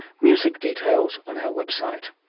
music details on our website.